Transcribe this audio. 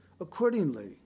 accordingly